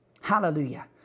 Hallelujah